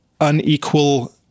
unequal